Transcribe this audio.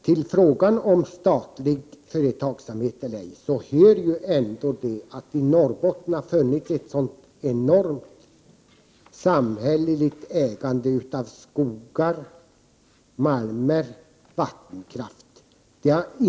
Till frågan om statligt företagande eller ej hör ändå att det i Norrbotten har funnits ett enormt samhälleligt ägande av skogar, malmer och vattenkraft.